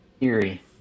Eerie